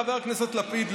חבר הכנסת לפיד,